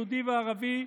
יהודי וערבי,